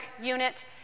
unit